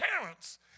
parents